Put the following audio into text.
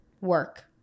work